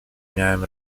miałem